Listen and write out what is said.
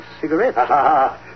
cigarettes